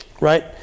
right